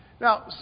Now